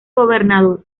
gobernador